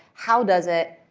how does it?